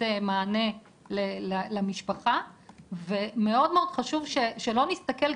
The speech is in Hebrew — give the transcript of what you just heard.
מענה למשפחה ומאוד מאוד חשוב שלא נסתכל,